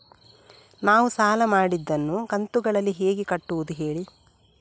ನಾವು ಸಾಲ ಮಾಡಿದನ್ನು ಕಂತುಗಳಲ್ಲಿ ಹೇಗೆ ಕಟ್ಟುದು ಹೇಳಿ